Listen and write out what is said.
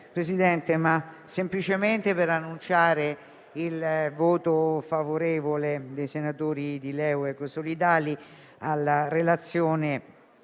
Presidente, vorrei semplicemente annunciare il voto favorevole dei senatori di LeU-Ecosolidali alla relazione